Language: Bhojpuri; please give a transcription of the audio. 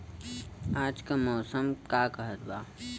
आज क मौसम का कहत बा?